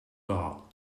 gall